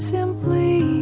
Simply